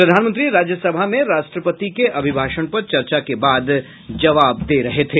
प्रधानमंत्री राज्यसभा में राष्ट्रपति के अभिभाषण पर चर्चा के बाद जवाब दे रहे थे